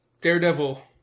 Daredevil